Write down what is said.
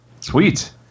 Sweet